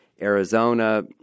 Arizona